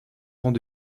rangs